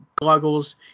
goggles